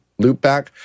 Loopback